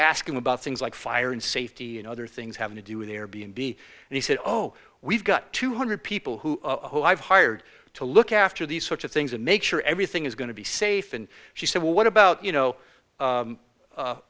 asking about things like fire and safety and other things having to do with their b and b and he said oh we've got two hundred people who i've hired to look after these sorts of things and make sure everything is going to be safe and she said what about you know